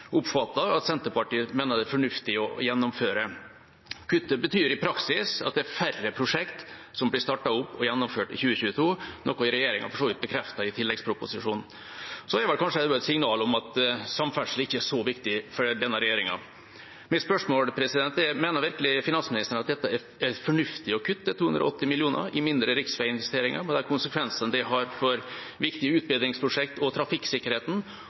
at Senterpartiet mener det er fornuftig å gjennomføre. Kuttet betyr i praksis at det er færre prosjekter som blir startet opp og gjennomført i 2022, noe regjeringa for så vidt bekreftet i tilleggsproposisjonen. Det er vel kanskje også et signal om at samferdsel ikke er så viktig for denne regjeringa. Spørsmålet mitt er: Mener virkelig finansministeren at det er fornuftig å kutte 280 mill. kr til mindre riksveiinvesteringer, med de konsekvensene det har for viktige utbedringsprosjekter og